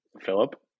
Philip